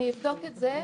אני אבדוק את זה.